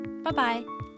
Bye-bye